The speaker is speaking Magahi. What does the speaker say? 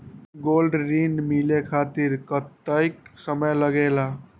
गोल्ड ऋण मिले खातीर कतेइक समय लगेला?